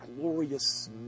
glorious